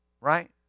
Right